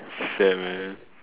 sad man